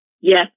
Yes